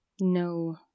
No